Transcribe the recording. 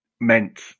meant